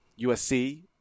USC